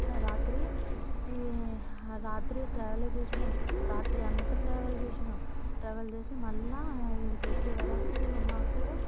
రాత్రి రాత్రి ట్రావెల్ చేసినం రాత్రి అంత ట్రావెల్ చేసినాం ట్రావెల్ చేసి మళ్ళా ఇక్కడకు వచ్చేవరుకూ మాకు